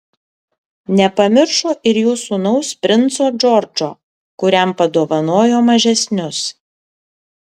nepamiršo ir jų sūnaus princo džordžo kuriam padovanojo mažesnius